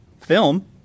Film